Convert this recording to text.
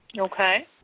Okay